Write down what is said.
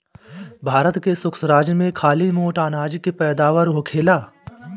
भारत के शुष्क राज में खाली मोट अनाज के पैदावार होखेला